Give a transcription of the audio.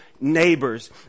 neighbors